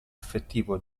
effettivo